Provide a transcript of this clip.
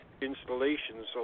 installations